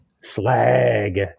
Slag